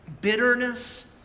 Bitterness